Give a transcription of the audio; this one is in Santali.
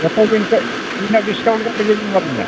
ᱡᱚᱛᱚᱜᱮ ᱮᱱᱛᱮᱫ ᱛᱤᱱᱟᱹᱜ ᱰᱤᱥᱠᱟᱣᱩᱱᱴ ᱠᱟᱛᱮᱫ ᱵᱮᱱ ᱮᱢᱟ ᱞᱤᱧᱟ